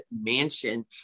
mansion